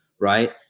Right